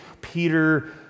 Peter